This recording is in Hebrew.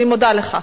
אני מודה לך.